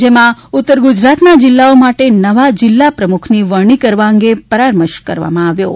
જેમાં ઉત્તર ગુજરાત ના જિલ્લાઓ માટે નવા જિલ્લા પ્રમુખ ની વરણી કરવા અંગે પરામર્શ કરવામાં આવ્યો હતો